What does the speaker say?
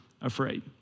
afraid